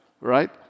right